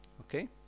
okay